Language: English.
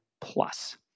plus